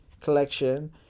collection